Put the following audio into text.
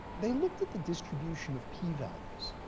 they looked at the distribution of p-values,